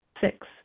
Six